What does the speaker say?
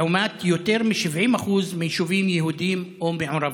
לעומת יותר מ-70% ביישובים יהודיים או מעורבים.